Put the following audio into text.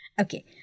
Okay